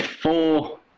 Four